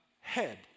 head